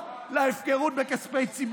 איפה לפיד?